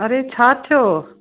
अरे छा थियो